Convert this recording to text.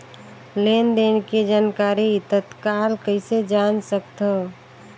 लेन देन के जानकारी तत्काल कइसे जान सकथव?